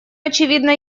очевидна